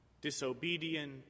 disobedient